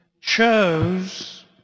chose